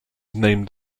named